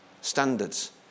standards